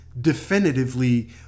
definitively